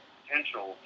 potential